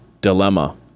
dilemma